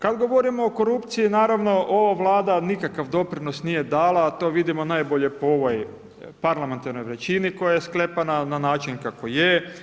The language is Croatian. Kada govorimo o korupciji, naravno ova vlada nikakav doprinos nije dala, a to vidimo najbolje po ovoj parlamentarnoj većini koja je sklepana na način kako je.